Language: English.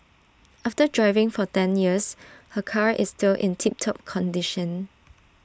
after driving for ten years her car is still in tip top condition